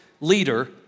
leader